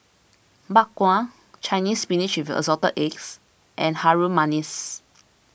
Bak Kwa Chinese Spinach with Assorted Eggs and Harum Manis